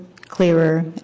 clearer